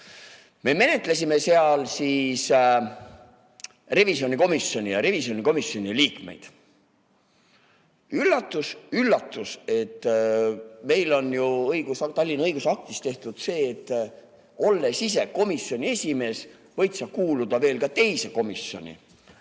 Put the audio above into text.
Me menetlesime seal revisjonikomisjoni ja revisjonikomisjoni liikmeid. Üllatus-üllatus, meil on ju Tallinna õigusaktis [antud võimalus], et olles komisjoni esimees, võid sa kuuluda veel ka teise komisjoni.